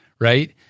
right